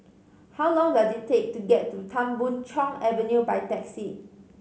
how long does it take to get to Tan Boon Chong Avenue by taxi